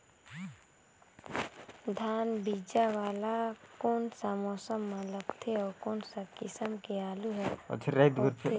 धान बीजा वाला कोन सा मौसम म लगथे अउ कोन सा किसम के आलू हर होथे?